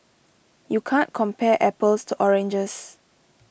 you can't compare apples to oranges